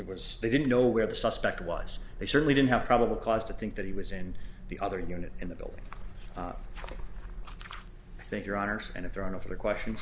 it was they didn't know where the suspect was they certainly didn't have probable cause to think that he was in the other unit in the building i think your honors and if there are no further question